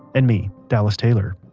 and me, dallas taylor.